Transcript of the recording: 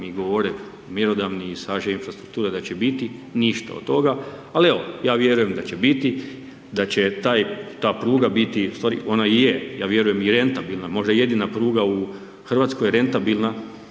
mi govore mjerodavni iz HŽ infrastrukture da će biti, ništa od toga. Ali evo, ja vjerujem da će biti, da će ta pruga biti, ustvari ona i je, ja vjerujem i rentabilna, možda i jedina pruga u Hrvatskoj rentabilna